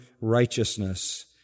righteousness